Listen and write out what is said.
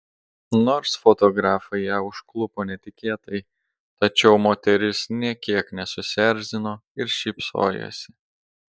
nors fotografai ją užklupo netikėtai tačiau moteris nė kiek nesusierzino ir šypsojosi